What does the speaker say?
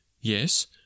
Yes